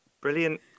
brilliant